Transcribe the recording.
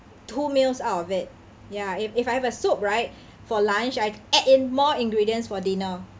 two meals out of it ya if if I have a soup right for lunch I add in more ingredients for dinner